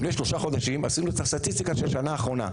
לפני שלושה חודשים עשינו סטטיסטיקה של השנה האחרונה: